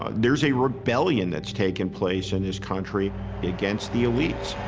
ah there's a rebellion that's taken place in this country against the elites.